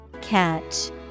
Catch